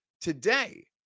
today